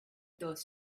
those